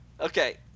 Okay